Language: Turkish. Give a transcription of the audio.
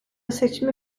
seçimi